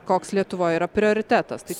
koks lietuvoj yra prioritetas tai čia